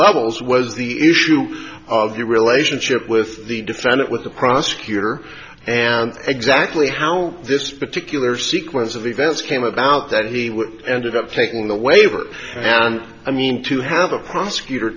was the issue of your relationship with the defendant with the prosecutor and exactly how this particular sequence of events came about that he would ended up taking the waiver and i mean to have a prosecutor